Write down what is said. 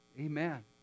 Amen